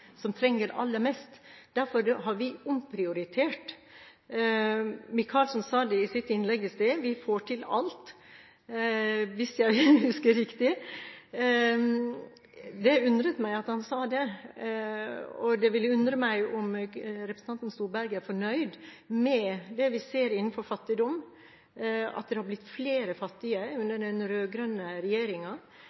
trenger det aller mest. Derfor har vi omprioritert. Micaelsen sa, hvis jeg husker riktig, i sitt innlegg i sted: Vi får til alt. Det undret meg at han sa det, og det ville undre meg om representanten Storberget er fornøyd med det vi ser innenfor fattigdom, at det har blitt flere fattige under den